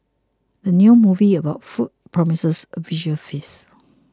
the new movie about food promises a visual feasts